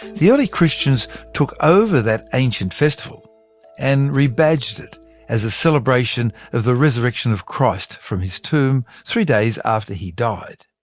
the early christians took over that ancient festival and rebadged it as a celebration of the resurrection of christ from his tomb, three days after he died.